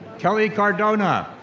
kelly cardona.